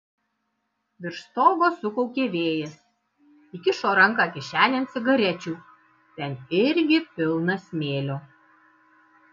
virš stogo sukaukė vėjas įkišo ranką kišenėn cigarečių ten irgi pilna smėlio